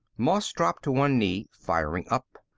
moss dropped to one knee, firing up.